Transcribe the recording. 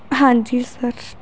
ਹਾਂਜੀ ਸਰ